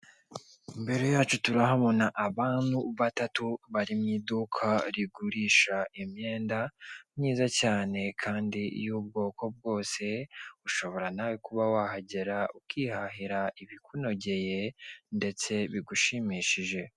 Imbere yacu turahabona abantu batatu bari mu iduka rigurisha imyenda myiza cyane, kandi y'ubwoko bwose ushobora nawe kuba wahagera ukihahira ibikunogeye ndetse bigushimishije.